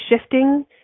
shifting